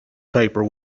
paper